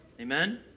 Amen